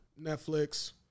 Netflix